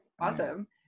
Awesome